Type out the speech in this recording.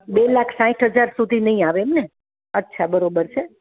બે લાખ સાંઠ હજાર સુધી નહીં આવે એમને અચ્છા બરોબર છે